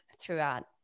throughout